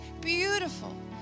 beautiful